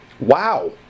wow